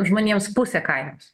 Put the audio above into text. žmonėms pusę kainos